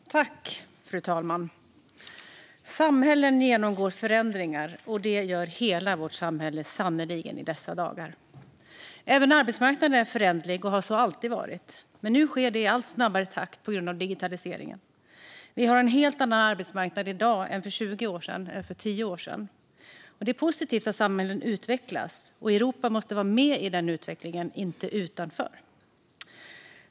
Subsidiaritetsprövning av direktivförslaget om bättre arbetsvillkor för plattformsarbete Fru talman! Samhällen genomgår förändringar, och det gör sannerligen hela vårt samhälle dessa dagar. Även arbetsmarknaden är föränderlig och har så alltid varit, men nu sker det i allt snabbare takt på grund av digitaliseringen. Vi har en helt annan arbetsmarknad i dag än för både 10 och 20 år sedan. Det är positivt att samhällen utvecklas, och Europa måste vara med i den utvecklingen och inte stå utanför.